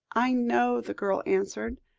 i know, the girl answered,